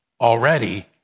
already